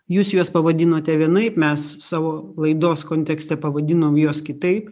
jūs juos pavadinote vienaip mes savo laidos kontekste pavadinom juos kitaip